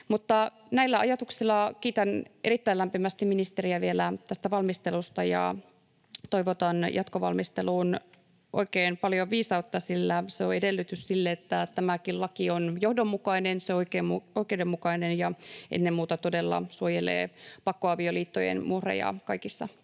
näillä ajatuksilla kiitän erittäin lämpimästi ministeriä vielä tästä valmistelusta ja toivotan jatkovalmisteluun oikein paljon viisautta, sillä se on edellytys sille, että tämäkin laki on johdonmukainen, se on oikeudenmukainen ja ennen muuta todella suojelee pakkoavioliittojen uhreja kaikissa